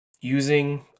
using